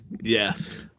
Yes